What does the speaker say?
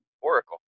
oracle